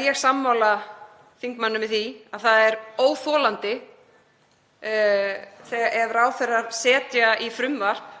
Ég er sammála þingmanninum í því að það er óþolandi ef ráðherrar setja í frumvarp